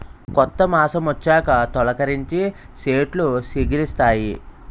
కొత్త మాసమొచ్చాక తొలికరించి సెట్లు సిగిరిస్తాయి